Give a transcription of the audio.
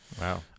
Wow